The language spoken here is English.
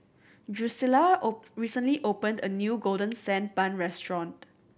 Drusilla recently opened a new Golden Sand Bun restaurant